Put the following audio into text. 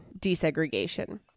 desegregation